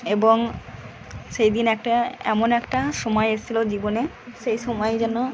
এবং সেই দিন একটা এমন একটা সময় এসেছিলো জীবনে সেই সময় যেন